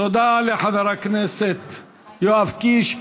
תודה לחבר הכנסת יואב קיש.